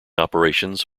operations